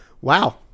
Wow